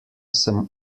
sem